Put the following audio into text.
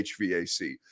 HVAC